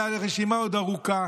הרשימה עוד ארוכה.